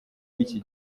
w’iki